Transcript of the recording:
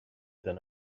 den